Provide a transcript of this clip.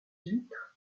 huîtres